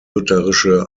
lutherische